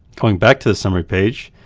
going back to the summary page,